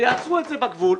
שיעצרו את זה בגבול,